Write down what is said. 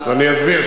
אני אסביר.